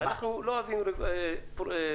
לא אוהבים ביורוקרטיה.